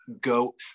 go